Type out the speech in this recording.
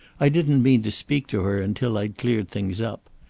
i didn't mean to speak to her until i'd cleared things up.